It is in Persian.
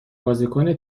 بازیکن